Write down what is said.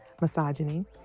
misogyny